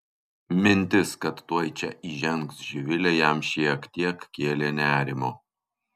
mintis kad tuoj čia įžengs živilė jam šiek tiek kėlė nerimo